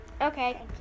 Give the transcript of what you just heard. okay